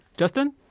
Justin